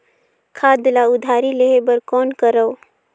खाद ल उधारी लेहे बर कौन करव?